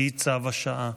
היא צו השעה.